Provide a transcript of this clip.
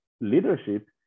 leadership